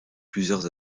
plusieurs